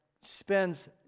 spends